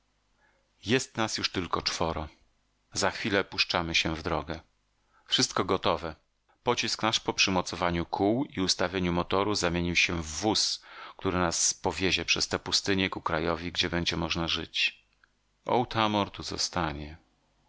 jest nas już tylko czworo za chwilę puszczamy się w drogę wszystko gotowe pocisk nasz po przymocowaniu kół i ustawieniu motoru zamienił się w wóz który nas powiezie przez te pustynie ku krajowi gdzie będzie można żyć otamor tu zostanie